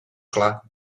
clar